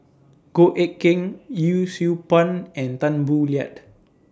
Goh Eck Kheng Yee Siew Pun and Tan Boo Liat